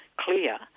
clear